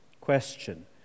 question